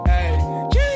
Hey